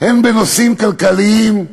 הן בנושאים כלכליים,